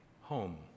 home